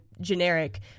generic